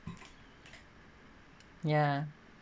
ya